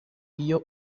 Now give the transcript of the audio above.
iyo